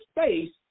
space